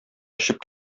очып